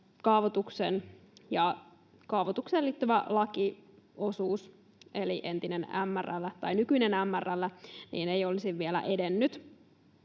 käyttöön ja kaavoitukseen liittyvä lakiosuus, eli nykyinen MRL, ei olisi vielä edennyt.